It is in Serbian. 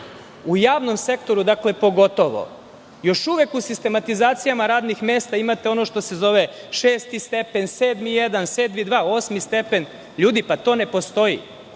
u javnom sektoru, još uvek u sistematizacijama radnih mesta, imate ono što se zove šesti stepen, sedmi jedan, sedmi dva, osmi stepen. To ne postoji,